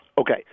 Okay